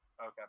Okay